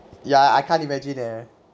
ya I can't imagine leh